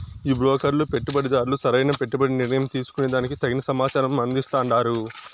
ఈ బ్రోకర్లు పెట్టుబడిదార్లు సరైన పెట్టుబడి నిర్ణయం తీసుకునే దానికి తగిన సమాచారం అందిస్తాండారు